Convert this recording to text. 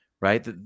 right